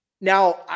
now